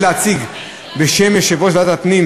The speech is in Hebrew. הסתייגות קבוצת מרצ,